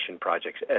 Projects